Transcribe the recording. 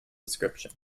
description